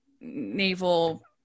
naval